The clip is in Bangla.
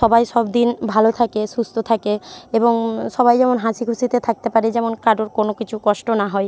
সবাই সব দিন ভালো থাকে সুস্থ থাকে এবং সবাই যেমন হাসি খুশিতে থাকতে পারে যেমন কারোর কোনো কিছু কষ্ট না হয়